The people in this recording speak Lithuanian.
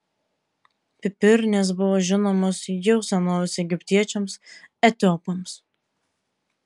pipirnės buvo žinomos jau senovės egiptiečiams etiopams